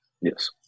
Yes